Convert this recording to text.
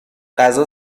غذا